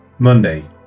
Monday